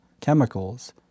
chemicals